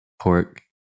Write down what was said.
pork